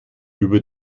über